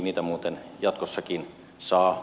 niitä muuten jatkossakin saa